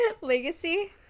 Legacy